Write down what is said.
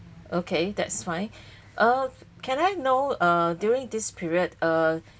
okay that's fine uh can I know uh during this period uh